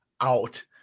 out